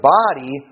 body